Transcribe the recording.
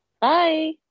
Bye